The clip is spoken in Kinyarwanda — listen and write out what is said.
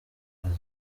aza